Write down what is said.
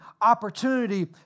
opportunity